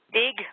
big